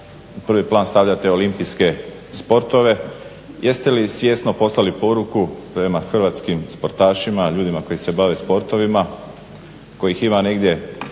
prvi plan stavljate olimpijske sportove, jeste li svjesno poslali poruku prema hrvatskim sportašima, ljudima koji se bave sportovima, kojih ima negdje